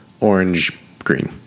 orange-green